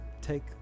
take